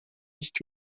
nicht